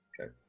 Okay